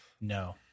no